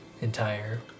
entire